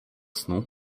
snu